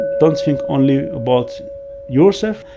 don't think only about yourself,